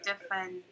different